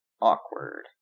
Awkward